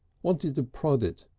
wanted to prod it,